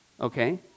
okay